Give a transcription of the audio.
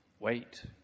Wait